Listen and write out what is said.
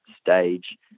stage